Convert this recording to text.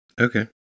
Okay